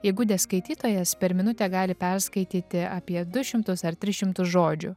įgudęs skaitytojas per minutę gali perskaityti apie du šimtus ar tris šimtus žodžių